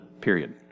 Period